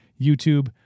YouTube